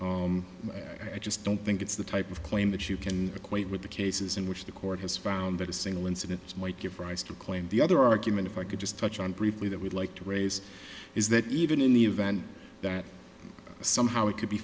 harm i just don't think it's the type of claim that you can equate with the cases in which the court has found that a single incident might give rise to claim the other argument if i could just touch on briefly that we'd like to raise is that even in the event that somehow it could be